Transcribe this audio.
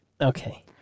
okay